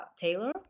taylor